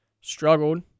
struggled